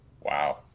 Wow